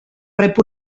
rep